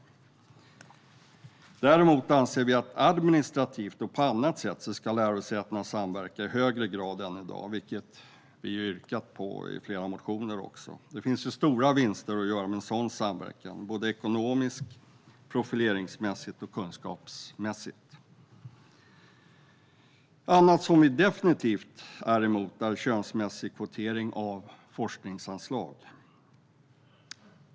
Vi anser däremot att lärosäten ska samverka administrativt och på annat sätt i högre grad än i dag. Det har vi också framfört i flera motioner. Det finns stora vinster att göra genom sådan samverkan, såväl ekonomiska som profileringsmässiga och kunskapsmässiga. Vi är definitivt emot könskvotering av forskningsanslag.